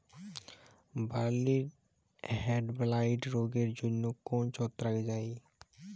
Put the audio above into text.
বার্লির হেডব্লাইট রোগের জন্য কোন ছত্রাক দায়ী?